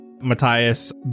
Matthias